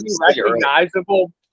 recognizable